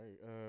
right